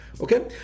Okay